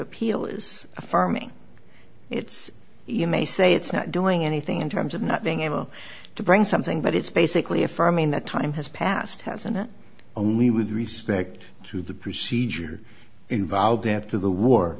appeal is affirming it's you may say it's not doing anything in terms of not being able to bring something but it's basically affirming that time has passed has and that only with respect to the procedure involved after the war